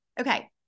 Okay